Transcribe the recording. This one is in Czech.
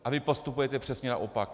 A vy postupujete přesně naopak.